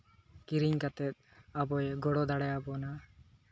ᱠᱤᱨᱤᱧ ᱠᱟᱛᱮᱫ ᱟᱵᱚᱭ ᱜᱚᱲᱚ ᱫᱟᱲᱮᱭᱟᱵᱚᱱᱟ